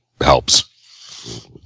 helps